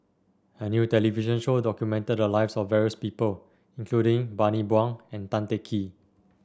a new television show documented the lives of various people including Bani Buang and Tan Teng Kee